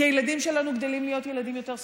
כי הילדים שלנו גדלים להיות ילדים יותר סובלניים,